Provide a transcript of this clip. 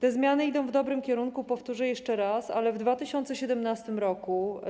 Te zmiany idą w dobrym kierunku, powtórzę jeszcze raz, ale w 2017 r.